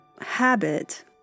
habit